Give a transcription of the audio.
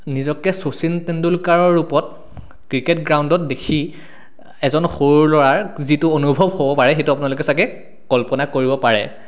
নিজকে শচীন টেণ্ডুলকাৰৰ ৰূপত ক্ৰিকেট গ্ৰাউণ্ডত দেখি এজন সৰু ল'ৰাৰ যিটো অনুভৱ হ'ব পাৰে সেইটো আপোনালোকে চাগে কল্পনা কৰিব পাৰে